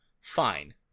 fine